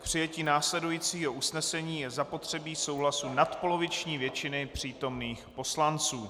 K přijetí následujícího usnesení je zapotřebí souhlasu nadpoloviční většiny přítomných poslanců.